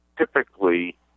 Typically